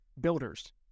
builders